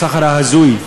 בסחר ההזוי,